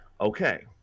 Okay